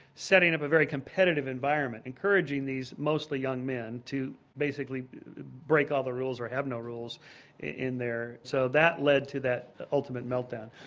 setting up a very competitive environment, encouraging these mostly young men to basically break all the rules, or have no rules in there so that led to that ultimate meltdown.